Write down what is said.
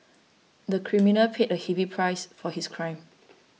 the criminal paid a heavy price for his crime